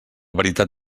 veritat